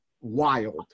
wild